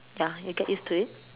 ya you'll get used to it